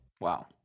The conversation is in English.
Wow